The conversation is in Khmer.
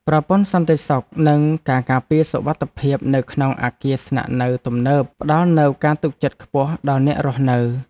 ប្រព័ន្ធសន្តិសុខនិងការការពារសុវត្ថិភាពនៅក្នុងអគារស្នាក់នៅទំនើបផ្ដល់នូវការទុកចិត្តខ្ពស់ដល់អ្នករស់នៅ។